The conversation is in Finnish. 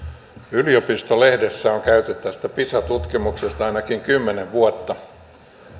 yliopisto lehdessä on käyty tästä pisa tutkimuksesta ainakin kymmenen vuotta